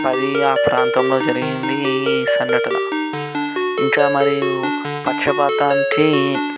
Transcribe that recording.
పది ఆ ప్రాంతంలో జరిగింది ఈ సంఘటన ఇంకా మరియు పక్షపాతానికి